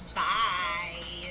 bye